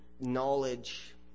knowledge